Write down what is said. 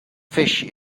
fish